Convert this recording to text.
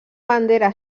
bandera